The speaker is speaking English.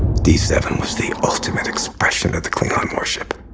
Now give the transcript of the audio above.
d seven was the ultimate expression of the klingon warship.